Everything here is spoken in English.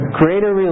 greater